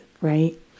right